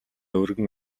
өргөн